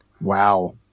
wow